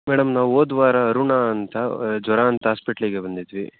madam ನಾವು ಹೋದ ವಾರ ಅರುಣಾ ಅಂತ ಜ್ವರ ಅಂತ ಹಾಸ್ಪಿಟಲಿಗೆ ಬಂದಿದ್ವಿ